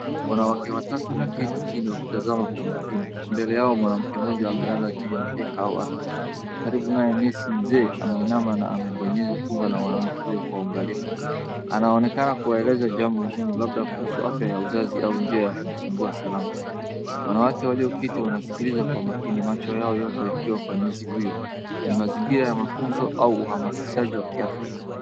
Wanawake watatu wameketi chini wakiwa wanatazama kwa makini mbele yao mwanamke moja amelala juu ya mkeka au ardhi karibu naye kuna nesi mzee ameinama na amebonyeza tumbo la mwanamke huyo kwa uangalifu anaonekana kueleza jambo muhimu labda kuhusu afya ya uzazi au njia ya kujifungua salama .Wanawake walioketi wanaskiliza kwa makini macho yao yote yakiwa kwa nesi huyo ni mazingira ya mafunzo au huamazishaji wa kiafya.